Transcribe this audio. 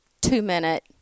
two-minute